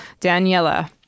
Daniela